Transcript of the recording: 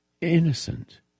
innocent